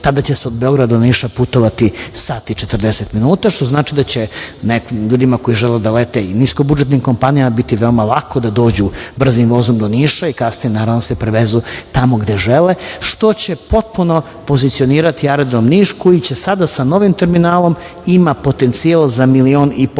Tada će se od Beograda do Niša putovati sat i 40 minuta, što znači da će ljudima koji žele da lete i niskobudžetnim kompanijama biti veoma lako da dođu brzim vozom do Niša i kasnije, naravno, da se prevezu tamo gde žele, što će potpuno pozicionirati aerodrom Niš, koji će sada sa novim terminalom imati potencijal za milion i po